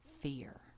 fear